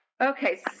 Okay